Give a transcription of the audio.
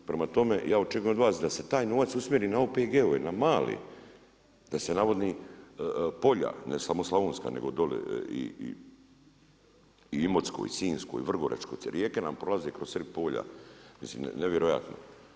Prema tome, ja očekujem od vas da se taj novac usmjeri na OPG-ove, na male da se navodni polja, ne samo slavonska nego i dolje i Imotskoj, i Sinjskoj i Vrgoračkoj, rijeke nam prolaze kroz srid polja, nevjerojatno.